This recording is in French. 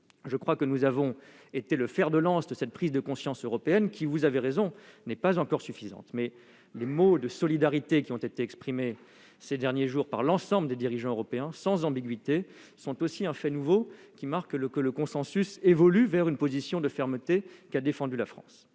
Je crois que nous avons été le fer de lance de cette prise de conscience européenne, qui, vous avez raison, n'est pas encore suffisante. Cependant, les mots de solidarité qui ont été exprimés sans ambiguïté ces derniers jours par l'ensemble des dirigeants européens sont aussi un fait nouveau, qui marque l'évolution du consensus vers la position de fermeté qu'a défendue la France.